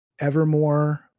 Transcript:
Evermore